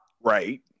Right